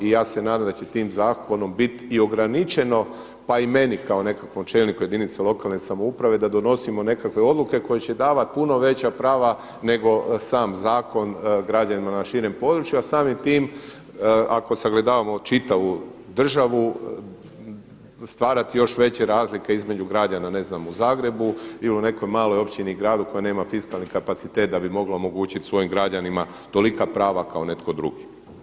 I ja se nadam da će tim zakonom bit i ograničeno, pa i meni kao nekakvom čelniku lokalne samouprave da donosimo nekakve odluke koje će davat puno veća prava nego sam zakon građanima na širem području, a samim tim ako sagledavamo čitavu državu stvarati još veće razlike između građana ne znam u Zagrebu ili nekoj maloj općini i gradu koja nema fiskalni kapacitet da bi mogla omogućit svojim građanima tolika prava kao netko drugi.